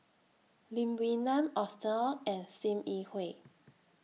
Lim Wee Nam Austen Ong and SIM Yi Hui